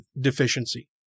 deficiency